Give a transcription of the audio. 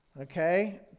Okay